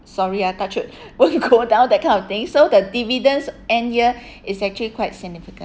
sorry ah touch wood won't go down down that kind of thing so the dividends end year is actually quite significant